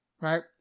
right